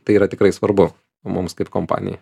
tai yra tikrai svarbu mums kaip kompanijai